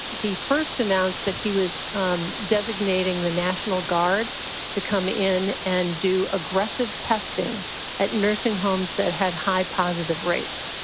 he first announced that he was um designating the national guard to come in and do aggressive testing at nursing homes that had high positive rates,